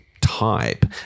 type